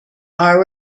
are